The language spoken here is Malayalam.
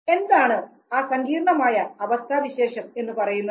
എന്താണ് ആ സങ്കീർണമായ അവസ്ഥാവിശേഷം എന്ന് പറയുന്നത്